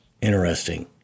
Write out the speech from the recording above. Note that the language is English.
Interesting